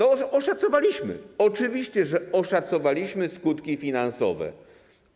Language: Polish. Oszacowaliśmy, oczywiście, że oszacowaliśmy skutki finansowe.